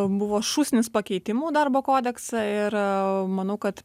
buvo šūsnis pakeitimų darbo kodekse ir manau kad